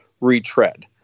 retread